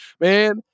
man